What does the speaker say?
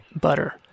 Butter